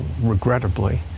regrettably